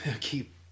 keep